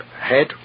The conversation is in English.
head